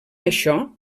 això